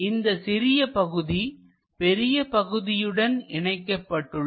இந்த சிறிய பகுதி பெரிய பகுதியுடன் இணைக்கப்பட்டுள்ளது